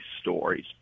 stories